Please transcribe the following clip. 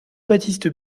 baptiste